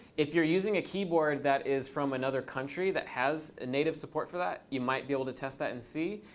if you're using a keyboard that is from another country that has native support for that, you might be able to test that and see.